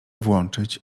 włączyć